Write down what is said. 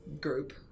group